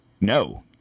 no